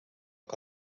que